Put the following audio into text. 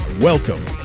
Welcome